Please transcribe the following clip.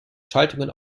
schaltungen